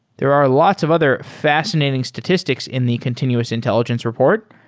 there are lots of other fascinating statistics in the continuous intelligence report,